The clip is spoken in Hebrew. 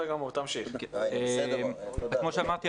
כמו שאמרתי,